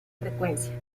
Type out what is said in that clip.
frecuencias